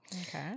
Okay